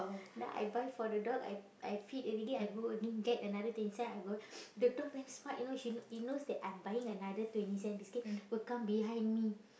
now I buy for the dog I I feed already I go get another twenty cent I go the dog damn smart you know she he knows that I'm buying another twenty cent biscuit will come behind me